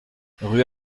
rue